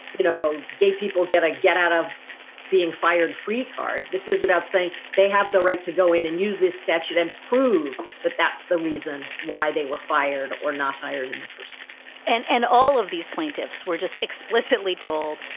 you know, gay people get a get out of being fired free card. this is about saying they have the right to go in and use this statute and prove that that's the reason why they were fired or not hired in the first and and all of these plaintiffs were just explicitly told,